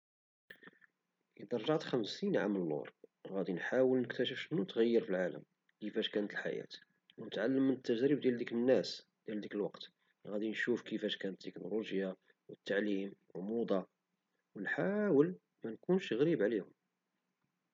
إذا رجعت خمسين عام لور غادي نحاول نشوف شنو تغير في العالم وكيفاش كانت الحياة ونتعلم من التجارب ديال ديك الناس في ديك الوقت غادي نشوف كيفاش كانت التكنولوجيا التعليم والموضة ونحاول منكونش غريب عليهم